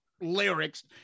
lyrics